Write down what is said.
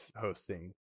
hosting